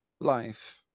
Life